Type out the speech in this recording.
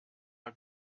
mal